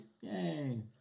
Yay